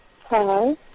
Hi